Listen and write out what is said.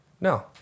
No